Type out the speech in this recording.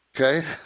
Okay